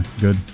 good